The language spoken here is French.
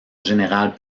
général